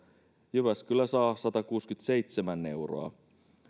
jyväskylä saa satakuusikymmentäseitsemän euroa